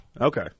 Okay